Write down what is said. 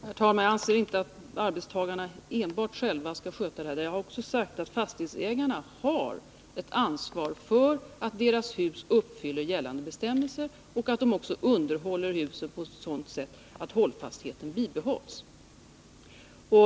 Herr talman! Jag anser inte att det är enbart arbetstagarna själva som skall sköta detta. Jag har också sagt att fastighetsägarna har ett ansvar för att deras hus uppfyller gällande bestämmelser och även för att de underhåller husen på ett sådant sätt att hållfastheten bibehålls.